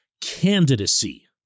candidacy